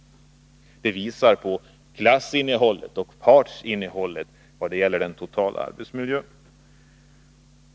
Det visar på klassinnehållet och partsinnehållet vad gäller den totala arbetsmiljön.